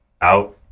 Out